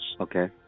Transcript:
Okay